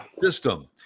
system